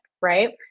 right